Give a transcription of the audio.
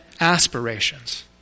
aspirations